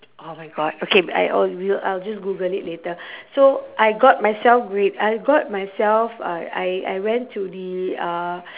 orh my god okay I obv~ I'll just google it later so I got myself with I got myself a I I went to the uh